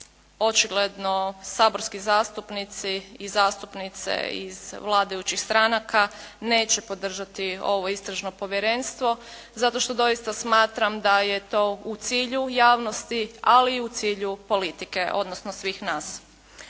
očigledno saborski zastupnici i zastupnice iz vladajućih stranaka neće podržati ovo istražno povjerenstvo zato što doista smatram da je to u cilju javnosti ali i u cilju politike, odnosno svih nas.